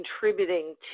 contributing